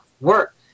Work